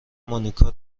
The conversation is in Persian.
مونیکا